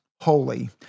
holy